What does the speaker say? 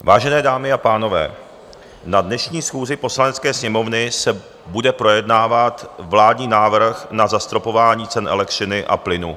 Vážené dámy a pánové, na dnešní schůzi Poslanecké sněmovny se bude projednávat vládní návrh na zastropování cen elektřiny a plynu.